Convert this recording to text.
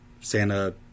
Santa